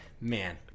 man